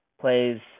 plays